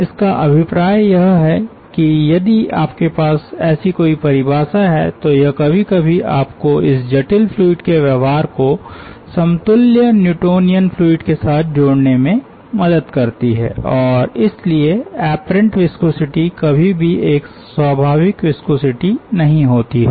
इसका अभिप्राय यह है कि यदि आपके पास ऐसी कोई परिभाषा है तो यह कभी कभी आपको इस जटिल फ्लूइड के व्यवहार को समतुल्य न्यूटोनियन फ्लूइड के साथ जोड़ने में मदद करती है और इसलिए एपरेंट विस्कोसिटी कभी भी एक स्वाभाविक विस्कोसिटी नहीं होती है